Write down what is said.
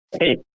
Hey